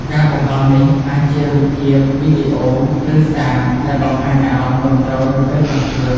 ការបង្ហោះនេះអាចជារូបភាព វីដេអូ ឬសារដែលបង្ហាញអារម្មណ៍គាំទ្រនៅពេលប្រកួត។